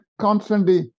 constantly